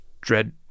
dread